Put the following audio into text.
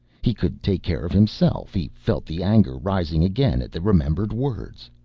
he could take care of himself he felt the anger rising again at the remembered words.